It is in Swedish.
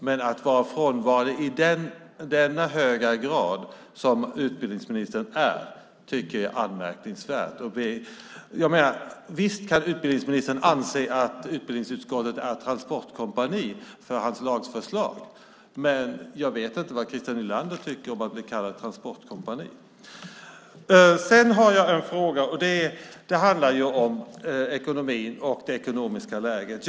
Men att vara frånvarande i denna höga grad som utbildningsministern är tycker jag är anmärkningsvärt. Visst kan utbildningsministern anse att utbildningsutskottet är transportkompani för hans lagförslag. Men jag vet inte vad Christer Nylander tycker om att bli kallad för transportkompani. Jag har en fråga som handlar om ekonomin och det ekonomiska läget.